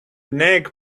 nag